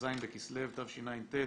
כ"ז בכסלו תשע"ט.